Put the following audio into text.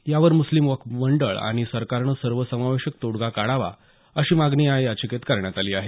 यावर मुस्लिम वक्फ मंडळ आणि सरकारनं सर्वसमावेशक तोडगा काढावा अशी मागणी या याचिकेत करण्यात आली आहे